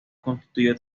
constituyó